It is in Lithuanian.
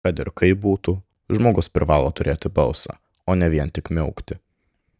kad ir kaip būtų žmogus privalo turėti balsą o ne vien tik miaukti